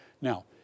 Now